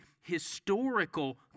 historical